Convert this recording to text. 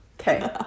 Okay